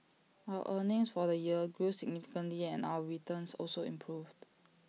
our earnings for the year grew significantly and our returns also improved